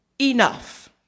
enough